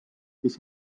kes